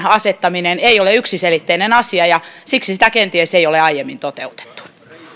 asettaminen ei ole yksiselitteinen asia ja siksi sitä kenties ei ole aiemmin toteutettu